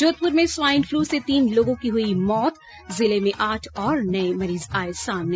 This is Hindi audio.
जोधपुर में स्वाइन फ्लू से तीन लोगों की हुई मौत जिले में आठ और नए मरीज आए सामने